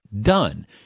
done